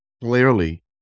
clearly